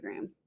Instagram